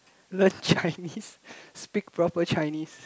legit I mean speak proper Chinese